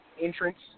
entrance